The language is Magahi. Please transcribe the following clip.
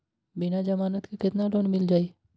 बिना जमानत के केतना लोन मिल जाइ?